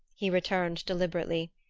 he returned deliberately,